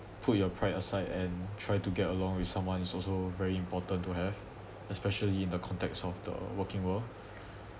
put your pride aside and try to get along with someone is also very important to have especially in the context of the working world